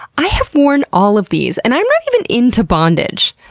i have worn all of these and i'm not even into bondage.